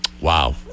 Wow